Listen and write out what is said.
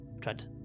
Trent